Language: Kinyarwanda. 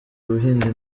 ubuhinzi